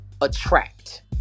attract